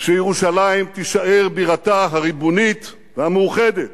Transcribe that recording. שירושלים תישאר בירתה הריבונית והמאוחדת